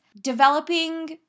developing